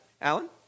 Alan